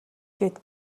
гээд